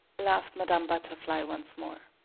laughed madame butterfly once more.